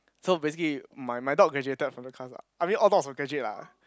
so basically my my dog graduated from the class ah I mean all dogs were graduate lah